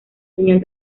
señal